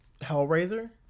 hellraiser